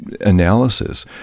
analysis